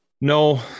No